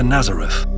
Nazareth